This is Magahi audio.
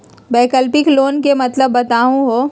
वैकल्पिक लोन के मतलब बताहु हो?